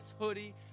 hoodie